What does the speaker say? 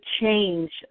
change